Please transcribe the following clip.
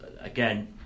again